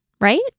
right